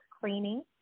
Cleaning